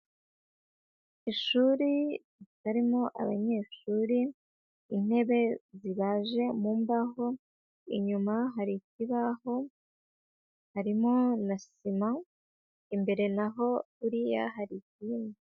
Ishuri ritarimo abanyeshuri, intebe zibaje mu mbaho, inyuma hari ikibaho harimo na sima, imbere naho buriya hari ikindi.